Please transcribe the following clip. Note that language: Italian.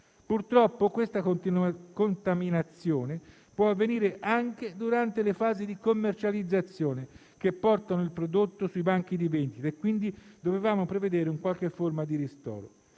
Purtroppo questa contaminazione può avvenire anche durante le fasi di commercializzazione che portano il prodotto sui banchi di vendita e, quindi, dovevamo prevedere una qualche forma di ristoro.